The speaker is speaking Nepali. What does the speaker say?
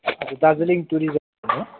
हजुर दार्जिलिङ टुरिज्म हो